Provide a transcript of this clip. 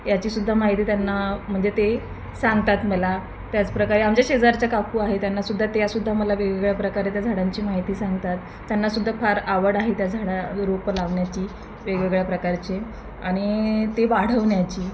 याचीसुद्धा माहिती त्यांना म्हणजे ते सांगतात मला त्याचप्रकारे आमच्या शेजारच्या काकू आहे त्यांनासुद्धा त्यासुद्धा मला वेगवेगळ्या प्रकारे त्या झाडांची माहिती सांगतात त्यांनासुद्धा फार आवड आहे त्या झाडं रोपं लावण्याची वेगवेगळ्या प्रकारचे आणि ते वाढवण्याची